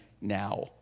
now